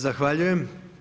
Zahvaljujem.